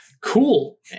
cool